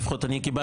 אני לפחות קיבלתי,